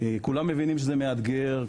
כולם יודעים שזה מאתגר,